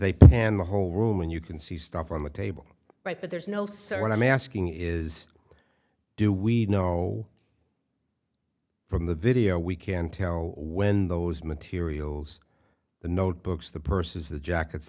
they pan the whole room and you can see stuff on the table right but there's no so what i'm asking is do we know from the video we can tell when those materials the notebooks the purses the jackets